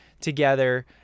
together